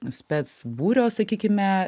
spec būrio sakykime